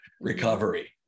recovery